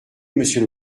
monsieur